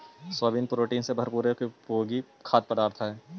soybean protein से भरपूर एक उपयोगी खाद्य पदार्थ हई